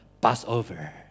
Passover